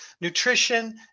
nutrition